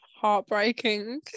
Heartbreaking